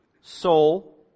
soul